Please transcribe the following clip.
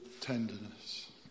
tenderness